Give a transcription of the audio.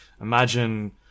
imagine